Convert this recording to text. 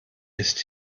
ist